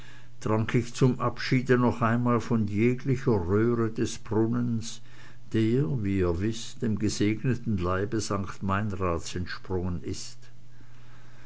ich zum abschiede noch einmal von jeglicher röhre des brunnens der wie ihr wißt dem gesegneten leibe st meinrads entsprungen ist